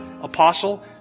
apostle